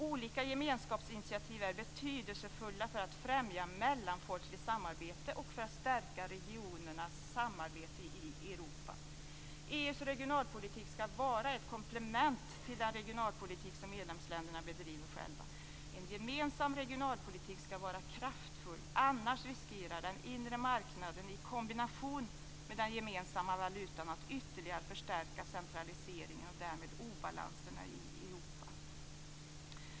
Olika gemenskapsinitiativ är betydelsefulla för att främja mellanfolkligt samarbete och för att stärka regionernas samarbete i Europa. EU:s regionalpolitik skall vara ett komplement till den regionalpolitik som medlemsländerna bedriver själva. En gemensam regionalpolitik skall vara kraftfull, annars riskerar den inre marknaden i kombination med den gemensamma valutan att ytterligare förstärka centraliseringen och därmed obalanserna i Europa.